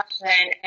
question